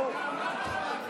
אתה התחלת.